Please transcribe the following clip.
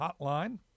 hotline